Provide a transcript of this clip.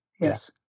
Yes